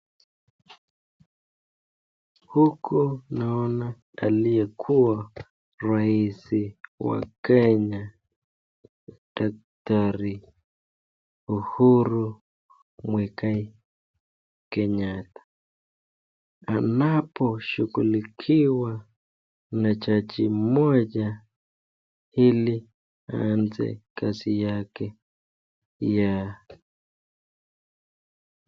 Huku naona aliyekuwa raisi wa Kenya rais Uhuru Muigai Kenyatta. Anaposhughulikiwa na judge mmoja ili anze kazi yake ya.